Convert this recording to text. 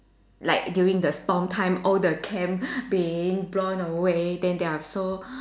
like during the storm time all the camp being blown away then they are so